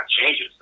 changes